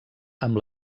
amb